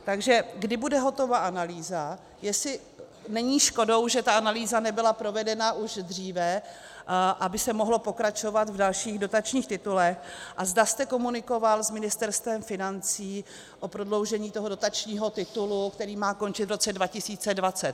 Takže kdy bude hotová analýza, jestli není škodou, že ta analýza nebyla provedena už dříve, aby se mohlo pokračovat v dalších dotačních titulech, a zda jste komunikoval s Ministerstvem financí o prodloužení toho dotačního titulu, který má končit v roce 2020.